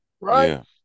Right